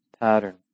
pattern